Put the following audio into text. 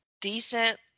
decent